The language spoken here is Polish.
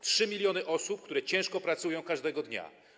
3 mln osób, które ciężko pracują każdego dnia.